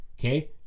Okay